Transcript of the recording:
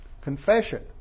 confession